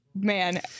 man